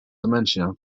dementia